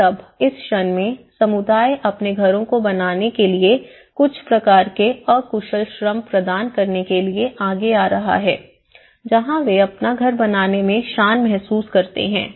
और अब इस क्षण में समुदाय अपने घरों को बनाने के लिए कुछ प्रकार के अकुशल श्रम प्रदान करने के लिए आगे आ रहा है जहां वे अपना घर बनाने में शान महसूस करते हैं